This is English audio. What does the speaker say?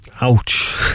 Ouch